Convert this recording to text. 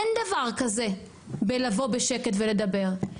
אין דבר כזה בלבוא בשקט ולדבר.